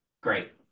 great